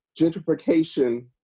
gentrification